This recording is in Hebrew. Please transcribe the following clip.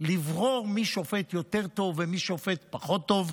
לברור מי שופט יותר טוב ומי שופט פחות טוב.